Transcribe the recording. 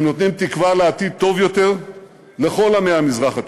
הם נותנים תקווה לעתיד טוב יותר לכל עמי המזרח התיכון.